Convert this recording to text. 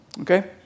Okay